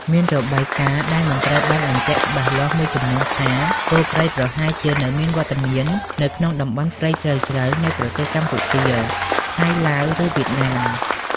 មានរបាយការណ៍ដែលមិនត្រូវបានបញ្ជាក់ច្បាស់លាស់មួយចំនួនថា គោព្រៃប្រហែលជានៅមានវត្តមាននៅក្នុងតំបន់ព្រៃជ្រៅៗនៃប្រទេសកម្ពុជា ថៃ ឡាវ ឬវៀតណាម។